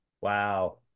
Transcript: Wow